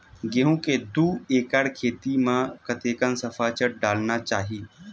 गेहूं के दू एकड़ खेती म कतेकन सफाचट डालना चाहि?